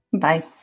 Bye